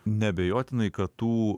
neabejotinai kad tų